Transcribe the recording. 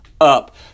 up